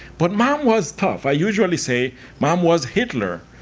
but mom was tough. i usually say mom was hitler.